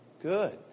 Good